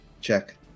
check